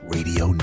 Radio